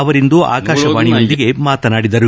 ಅವರಿಂದು ಆಕಾಶವಾಣಿಗೆ ಮಾತನಾಡಿದರು